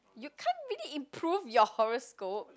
you can't really improve your horoscope